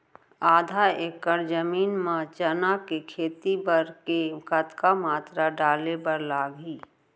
आधा एकड़ जमीन मा चना के खेती बर के कतका मात्रा डाले बर लागही?